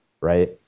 right